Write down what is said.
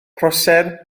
prosser